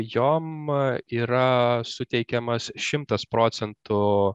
jom yra suteikiamas šimtas procentų